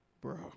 bro